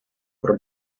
про